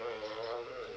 mm